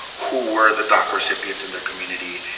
who were the doc recipients in their community.